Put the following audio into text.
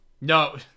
no